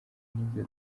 n’ibyo